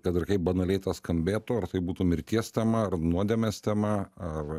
kad ir kaip banaliai skambėtų ar tai būtų mirties tema ar nuodėmės tema ar